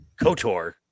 Kotor